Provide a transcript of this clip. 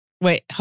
Wait